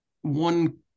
one